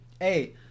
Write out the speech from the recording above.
Hey